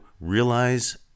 realize